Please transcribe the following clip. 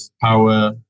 power